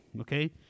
okay